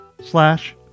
slash